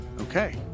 Okay